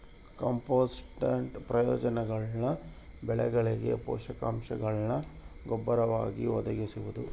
ಕಾಂಪೋಸ್ಟ್ನ ಪ್ರಯೋಜನಗಳು ಬೆಳೆಗಳಿಗೆ ಪೋಷಕಾಂಶಗುಳ್ನ ಗೊಬ್ಬರವಾಗಿ ಒದಗಿಸುವುದು